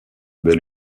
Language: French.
belle